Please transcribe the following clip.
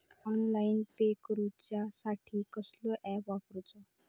Online pay करूचा साठी कसलो ऍप वापरूचो?